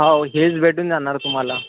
हो हिल्स भेटून जाणार तुम्हाला